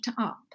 up